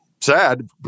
sad